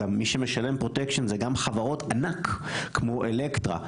מי שמשלם פרוטקשן זה גם חברות ענק כמו "אלקטרה",